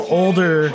older